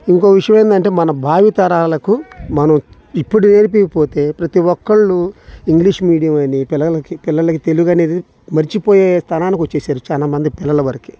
ఇంకో విషయం ఏందంటే మన భావితరాలకు మనం ఇప్పుడు నేర్పియకపోతే ప్రతీ ఒక్కళ్ళూ ఇంగ్లీష్ మీడియం అని పిల్లలకి పిల్లలకి తెలుగు అనేది మర్చిపోయే స్థానానికి వచ్చేసారు చానామంది పిల్లల వరికి